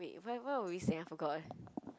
wait where where were we saying I forgot